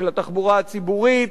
של התחבורה הציבורית,